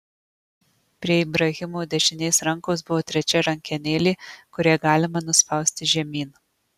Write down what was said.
prie ibrahimo dešinės rankos buvo trečia rankenėlė kurią galima nuspausti žemyn